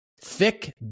Thick